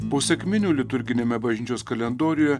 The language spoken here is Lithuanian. po sekminių liturginiame bažnyčios kalendoriuje